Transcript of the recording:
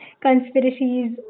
Conspiracies